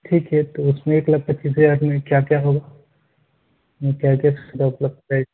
ٹھیک ہے تو اُس میں ایک لاکھ پچیس ہزار میں کیا کیا ہو گا کیا کیا سُویدھا اپلبدھ ہے